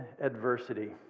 adversity